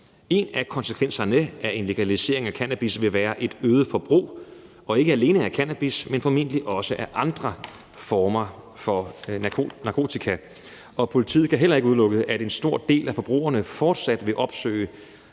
en af konsekvenserne af en legalisering af cannabis vil være et øget forbrug og ikke alene af cannabis, men formentlig også af andre former for narkotika. Politiet kan heller ikke udelukke, at en stor del af forbrugerne fortsat vil opsøge